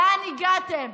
לאן הגעתם?